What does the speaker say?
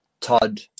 Todd